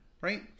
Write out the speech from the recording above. Right